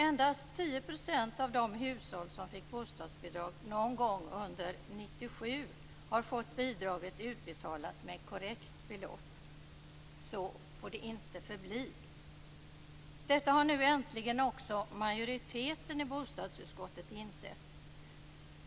Endast 10 % av de hushåll som fick bostadsbidrag någon gång under 1997 har fått bidraget utbetalat med korrekt belopp. Så får det inte förbli. Detta har nu äntligen också majoriteten i bostadsutskottet insett.